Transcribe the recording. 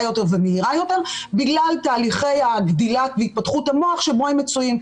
יותר ומהירה יותר בגלל תהליכי הגדילה והתפתחות המוח שבו הם מצויים,